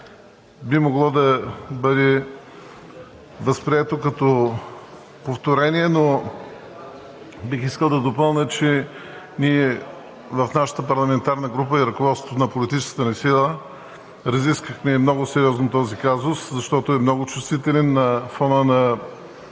би могло да бъде възприето като повторение, но бих искал да допълня, че в нашата парламентарна група и ръководството на политическата ни сила разисквахме много сериозно този казус, защото е много чувствителен на фона на